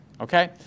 okay